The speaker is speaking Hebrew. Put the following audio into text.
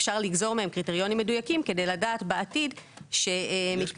אפשר לגזור מהם קריטריונים מדויקים כדי לדעת בעתיד שמתקן